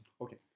Okay